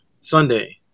Sunday